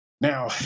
Now